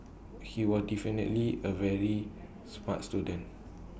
he were definitely A very smart student